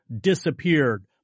disappeared